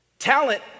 Talent